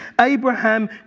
Abraham